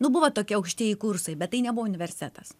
buvo tokia aukštieji kursai bet tai nebuvo universitetas